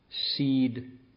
seed